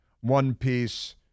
one-piece